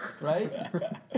right